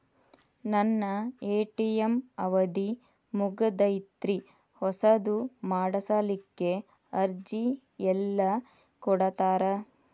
ನನ್ನ ಎ.ಟಿ.ಎಂ ಅವಧಿ ಮುಗದೈತ್ರಿ ಹೊಸದು ಮಾಡಸಲಿಕ್ಕೆ ಅರ್ಜಿ ಎಲ್ಲ ಕೊಡತಾರ?